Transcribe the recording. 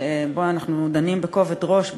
שבו אנחנו דנים בכובד ראש,